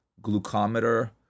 glucometer